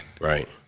Right